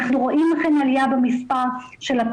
אנחנו רואים אכן עליה במספר הפונים,